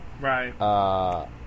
Right